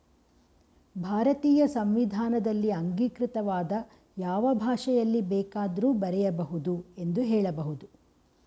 ಭಾರತೀಯ ಸಂವಿಧಾನದಲ್ಲಿ ಅಂಗೀಕೃತವಾದ ಯಾವ ಭಾಷೆಯಲ್ಲಿ ಬೇಕಾದ್ರೂ ಬರೆಯ ಬಹುದು ಎಂದು ಹೇಳಬಹುದು